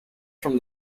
from